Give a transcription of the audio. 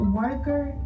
worker